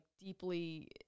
deeply